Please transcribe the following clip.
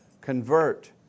convert